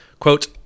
quote